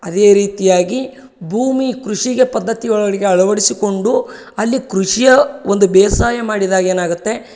ಅದೇ ರೀತಿಯಾಗಿ ಭೂಮಿ ಕೃಷಿಗೆ ಪದ್ಧತಿ ಒಳಗಡಿಗೆ ಅಳವಡಿಸಿಕೊಂಡು ಅಲ್ಲಿ ಕೃಷಿಯ ಒಂದು ಬೇಸಾಯ ಮಾಡಿದಾಗ ಏನಾಗುತ್ತೆ